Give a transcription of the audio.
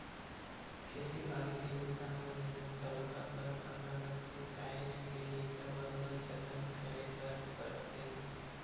खेती बाड़ी के बूता म मेहनत घलोक अब्ब्ड़ अकन लगथे काहेच के लइका बरोबर जतन करे बर परथे ना